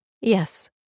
Yes